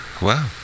wow